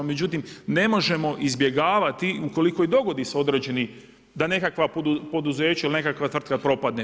Međutim, ne možemo izbjegavati ukoliko i dogodi se određeni da nekakva poduzeća ili nekakva tvrtka propadne.